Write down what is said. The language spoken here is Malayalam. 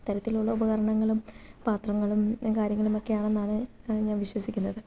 തരത്തിലുള്ള ഉപകരണങ്ങളും പാത്രങ്ങളും കാര്യങ്ങളും ഒക്കെയാണെന്നാണ് ഞാൻ വിശ്വസിക്കുന്നത്